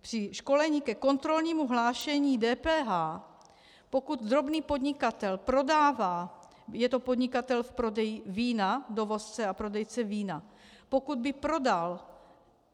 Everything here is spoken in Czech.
Při školení ke kontrolnímu hlášení DPH, pokud drobný podnikatel prodává, je to podnikatel v prodeji vína, dovozce a prodejce vína, pokud by prodal